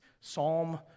Psalm